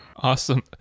Awesome